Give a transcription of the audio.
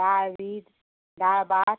दाळ वीस दाळ भात